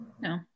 no